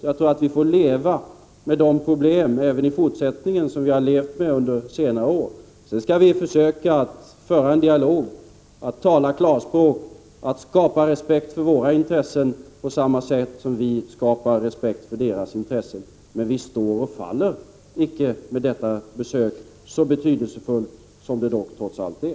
Jag tror att vi får leva med de problem även i fortsättningen som vi har levt med under senare år. Vi skall försöka att föra en dialog, att tala klarspråk, att skapa respekt för våra intressen på samma sätt som vi skapar respekt för deras intressen. Men vi står och faller icke med detta besök, så betydelsefullt som det dock trots allt är.